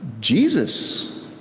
Jesus